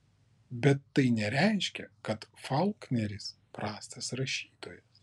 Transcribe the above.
bet tai nereiškia kad faulkneris prastas rašytojas